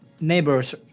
neighbors